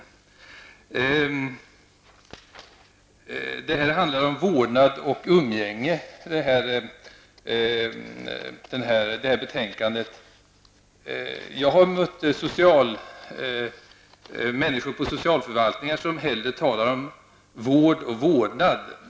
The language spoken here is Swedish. Detta betänkande handlar om vårdnad och umgänge. Jag har mött människor på socialförvaltningar som hellre talar om vård och vårdnad.